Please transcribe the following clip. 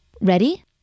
Ready